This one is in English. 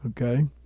okay